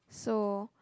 so